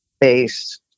based